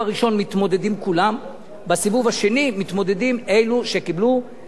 בסיבוב השני מתמודדים אלו שקיבלו את מספר הקולות הרב ביותר,